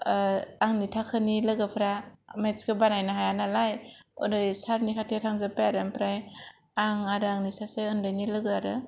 आंनि थाखोनि लोगोफोरा मेटस खौ बानायनो हाया नालाय ओरै सारनि खाथियाव थांजोबबाय आरो आमफ्राय आं आरो आंनि सासे उन्दैनि लोगो आरो